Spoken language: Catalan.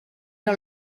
era